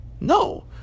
no